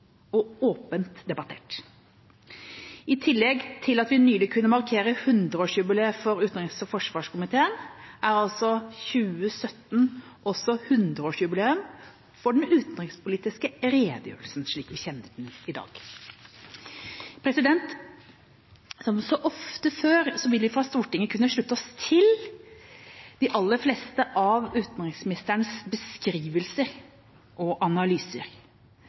og åpent debattert. I tillegg til at vi nylig kunne markere 100-årsjubileet for utenriks- og forsvarskomiteen, er det i 2017 også 100-årsjubileum for den utenrikspolitiske redegjørelsen slik vi kjenner den i dag. Som så ofte før vil vi fra Stortingets side kunne slutte oss til de aller fleste av utenriksministerens beskrivelser og analyser.